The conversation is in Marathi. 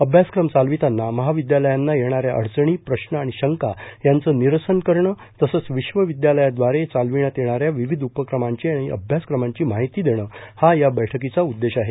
अभ्यासक्रम चालविताना महाविद्यालयांना येणाऱ्या अडचणी प्रश्न आणि शंका यांचं निरसन करणं तसंच विश्वविद्यालयाद्वारे चालविण्यात येणाऱ्या विविध उपक्रमांची आणि अभ्यासक्रमांची माहिती देणं हा या बैठकीचा उद्देश आहे